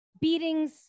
beatings